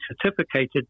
certificated